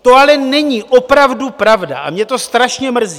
To ale není opravdu pravda a mě to strašně mrzí.